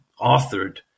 authored